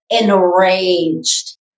enraged